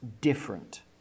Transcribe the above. different